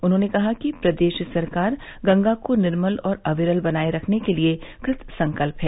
उन्होंने कहा कि प्रदेश सरकार गंगा को निर्मल और अविरल बनाए रखने के लिए कृतसंकल्प है